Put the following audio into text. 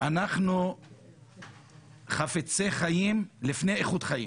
אנחנו חפצי חיים לפני איכות חיים.